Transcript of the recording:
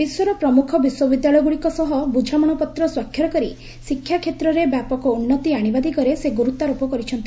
ବିଶ୍ୱର ପ୍ରମୁଖ ବିଶ୍ୱବିଦ୍ୟାଳୟଗୁଡ଼ିକ ସହ ବୁଝାମଣା ପତ୍ର ସ୍ୱାକ୍ଷର କରି ଶିକ୍ଷାକ୍ଷେତ୍ରରେ ବ୍ୟାପକ ଉନ୍ନତି ଆଣିବା ଦିଗରେ ସେ ଗୁରୁତ୍ୱାରୋପ କରିଛନ୍ତି